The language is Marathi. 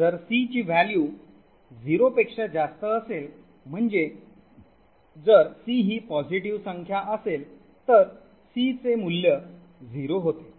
आता जर c ची व्हॅल्यू 0 पेक्षा जास्त असेल म्हणजे जर c ही पॉझिटिव्ह संख्या असेल तर c चे मूल्य 0 होते